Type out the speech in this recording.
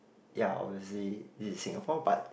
ya obviously this is Singapore but